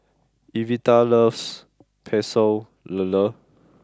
Evita loves Pecel Lele